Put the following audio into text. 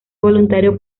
voluntario